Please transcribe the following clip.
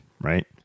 right